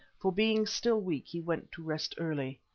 for being still weak he went to rest early.